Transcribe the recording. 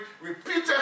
repeated